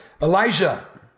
Elijah